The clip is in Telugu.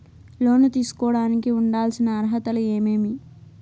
లోను తీసుకోడానికి ఉండాల్సిన అర్హతలు ఏమేమి?